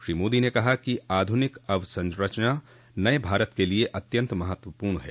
श्री मोदी ने कहा कि आधुनिक अवसंरचना नए भारत के लिए अत्यंत महत्वपूर्ण है